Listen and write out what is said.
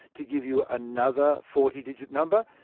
to give you another forty digit number.